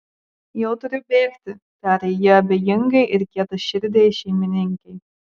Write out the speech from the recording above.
jau turiu bėgti tarė ji abejingai ir kietaširdei šeimininkei